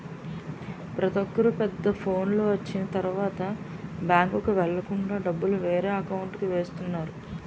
ప్రతొక్కరు పెద్ద ఫోనులు వచ్చిన తరువాత బ్యాంకుకి వెళ్ళకుండా డబ్బులు వేరే అకౌంట్కి వేస్తున్నారు